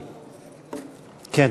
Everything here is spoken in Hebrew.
כן.